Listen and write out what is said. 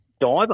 diver